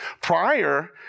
Prior